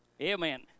amen